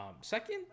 Second